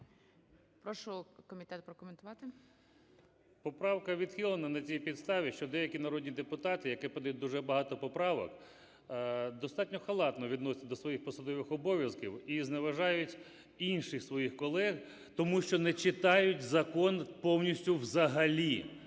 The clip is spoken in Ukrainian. Прошу комітет прокоментувати. 12:40:20 КУПРІЄНКО О.В. Поправка відхилена на тій підставі, що деякі народні депутати, які подають дуже багато поправок, достатньо халатно відносяться до своїх посадових обов'язків і зневажають інших своїх колег, тому що не читають закон повністю взагалі.